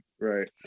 right